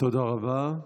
תודה רבה.